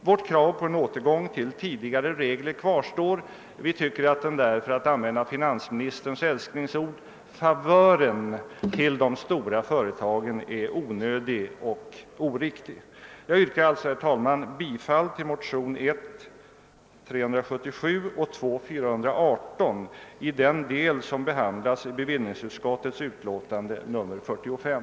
Vårt krav på återgång till tidigare regler kvarstår. Vi tycker, för att använda finansministerns älsklingsord, att »favören» till de stora företagen är onödig och orealistisk. Jag yrkar alltså, herr talman, bifall till motionerna 1: 377 och II: 418 i den del som behandlas i bevillningsutskottets utlåtande nr 45.